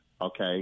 Okay